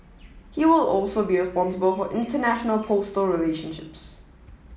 he will also be responsible for international postal relationships